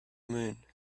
moon